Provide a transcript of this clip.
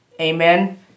Amen